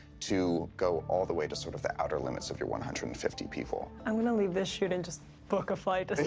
to go all the way to sort of the outer limits of your one hundred and fifty people. i'm gonna leave this shoot and just book a flight to see